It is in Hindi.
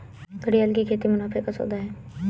घड़ियाल की खेती मुनाफे का सौदा है